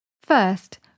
first